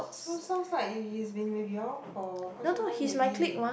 so sounds like he's been with you all for quite some time already